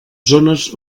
zones